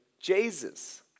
Jesus